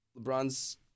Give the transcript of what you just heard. LeBron's